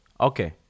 Okay